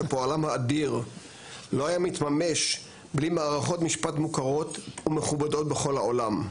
שפועלם האדיר לא היה מתממש בלי מערכות משפט מוכרות ומכובדות בכל העולם,